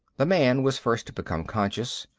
the man was first to become conscious.